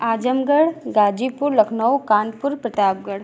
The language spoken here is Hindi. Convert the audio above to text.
आजमगढ़ गाजीपुर लखनऊ कानपुर प्रतापगढ़